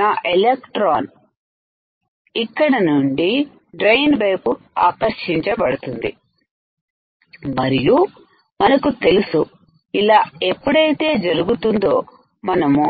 నా ఎలక్ట్రాన్ ఇక్కడి నుండి డ్రైన్ వైపు ఆకర్షించ పడుతుంది మరియు మనకు తెలుసు ఇలా ఎప్పుడైతే జరుగుతుందోమనము